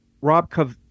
Rob